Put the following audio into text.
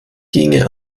ginge